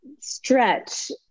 stretch